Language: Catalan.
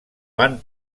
van